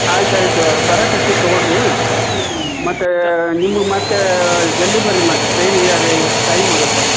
ಆಯ್ತಾಯಿತು ಬರಕತ್ತೀವಿ ತಗೊಳ್ಳಿ ರೀ ಮತ್ತು ನಿಮ್ಗೆ ಮತ್ತು ಜಲ್ದಿ ಬನ್ರಿ ಮತ್ತು ಟ್ರೈನಿಗೆ ಅರೇ ಇರ್ ಟೈಮ್ ಆಗುತ್ತೆ